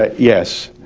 ah yes,